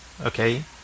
Okay